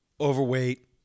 Overweight